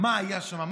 מה היה שם?